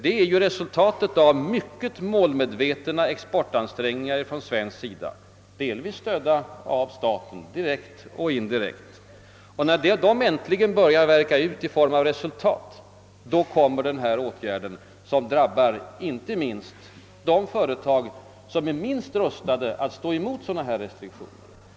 Det är ju resultatet av mycket målmedvetna exportansträngningar från svensk sida, delvis stödda av staten — direkt och indirekt. När dessa ansträngningar äntligen börjar värka ut i form av resultat, då kommer den nu kritiserade åtgärden som drabbar inte minst de företag som är sämst rustade att stå emot sådana restriktioner.